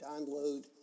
download